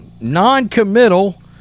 non-committal